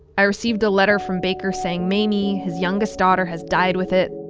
i received a letter from baker saying mami, his youngest daughter, has died with it.